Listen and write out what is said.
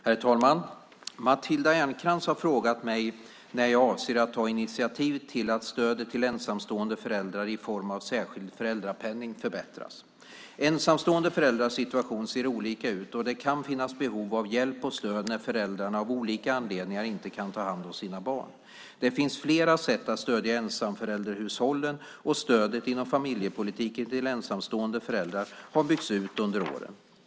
Herr talman! Matilda Ernkrans har frågat mig när jag avser att ta initiativ till att stödet till ensamstående föräldrar i form av särskild föräldrapenning förbättras. Ensamstående föräldrars situation ser olika ut, och det kan finnas behov av hjälp och stöd när föräldrarna av olika anledningar inte kan ta hand om sina barn. Det finns flera sätt att stödja ensamförälderhushållen, och stödet inom familjepolitiken till ensamstående föräldrar har byggts ut under åren.